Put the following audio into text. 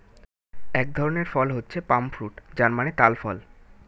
এক ধরনের ফল হচ্ছে পাম ফ্রুট যার মানে তাল ফল